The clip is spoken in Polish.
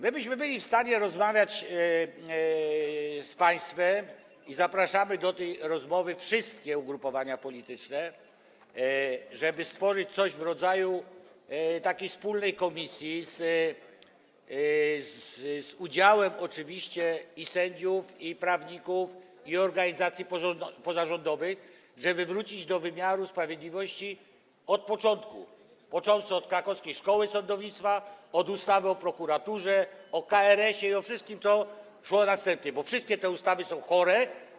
Bylibyśmy w stanie rozmawiać z państwem - i zapraszamy do tej rozmowy wszystkie ugrupowania polityczne - żeby stworzyć coś w rodzaju wspólnej komisji, z udziałem oczywiście i sędziów, i prawników, i organizacji pozarządowych, żeby wrócić do wymiaru sprawiedliwości od początku, począwszy od krakowskiej szkoły sądownictwa, od ustawy o prokuraturze, o KRS-ie i o wszystkim, co szło następnie, bo wszystkie te ustawy są chore.